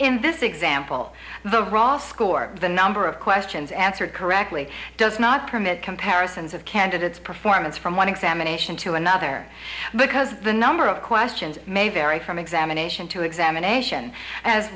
in this example the role score the number of questions answered correctly does not permit comparisons of candidates performance from one examination to another because the number of questions may vary from examination to examination as